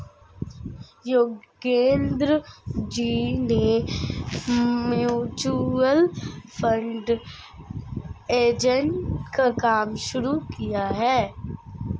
योगेंद्र जी ने mutual fund agent का काम शुरू किया है